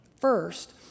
First